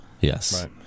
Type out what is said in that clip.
Yes